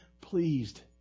pleased